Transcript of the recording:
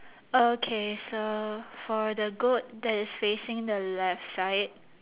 okay so for the goat that is facing the left side